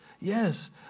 yes